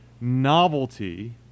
novelty